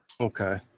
okay